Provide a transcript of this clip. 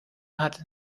hat